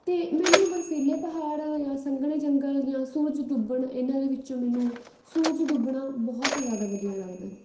ਅਤੇ ਮੈਨੂੰ ਬਰਫ਼ੀਲੇ ਪਹਾੜ ਜਾਂ ਸੰਘਣੇ ਜੰਗਲ ਜਾਂ ਸੂਰਜ ਡੁੱਬਣ ਇਹਨਾਂ ਦੇ ਵਿੱਚੋਂ ਮੈਨੂੰ ਸੂਰਜ ਡੁੱਬਣਾ ਬਹੁਤ ਜ਼ਿਆਦਾ ਵਧੀਆ ਲੱਗਦਾ